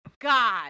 God